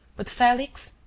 but felix,